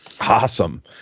awesome